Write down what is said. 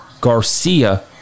Garcia